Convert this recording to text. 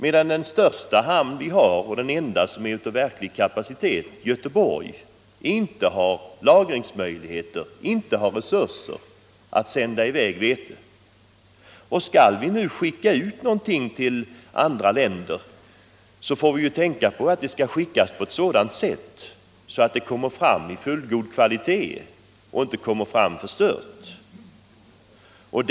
Den största och enda hamnen av verklig kapacitet, Göteborg, har inga lagringsmöjligheter och inga resurser för att sända i väg vetet. Skall vi göra något för andra länder får vi tänka på att varorna måste transporteras på ett sådant sätt att de kommer fram i fullgott skick och inte blir förstörda på vägen.